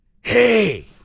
Hey